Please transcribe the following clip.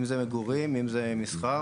אם אלה מגורים ואם זה מסחר,